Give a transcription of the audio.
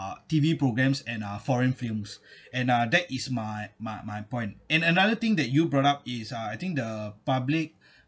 uh T_V programs and uh foreign films and uh that is my my my point and another thing that you brought up is uh I think the public